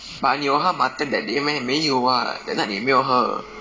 but 你有喝 Martell that day meh 没有 [what] that night 你没有喝